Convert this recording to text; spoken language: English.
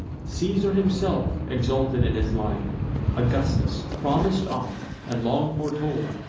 ceasar himself, exalted in his line augustus, promis'd oft, and long foretold,